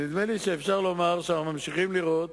נדמה לי שאפשר לומר שאנחנו ממשיכים לראות